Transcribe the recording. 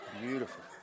Beautiful